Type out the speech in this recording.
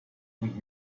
und